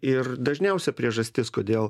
ir dažniausia priežastis kodėl